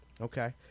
Okay